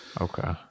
Okay